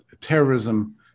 terrorism